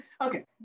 Okay